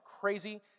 crazy